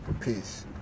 Peace